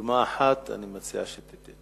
דוגמה אחת אני הייתי מציע שתיתן.